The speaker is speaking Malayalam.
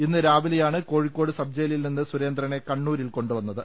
ഇന്ന് രാവിലെയാണ് കോഴിക്കോട് സബ്ജയിലിൽ നിന്ന് സുരേന്ദ്രനെ കണ്ണൂരിൽ കൊണ്ടുവന്നത്